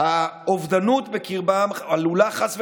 האובדנות בקרבם עלולה, חס וחלילה,